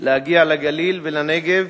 להגיע לגליל ולנגב